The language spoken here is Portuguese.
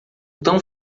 tão